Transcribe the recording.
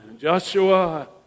Joshua